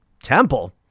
temple